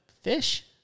fish